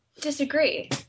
disagree